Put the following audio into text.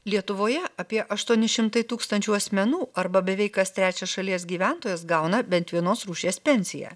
lietuvoje apie aštuoni šimtai tūkstančių asmenų arba beveik kas trečias šalies gyventojas gauna bent vienos rūšies pensiją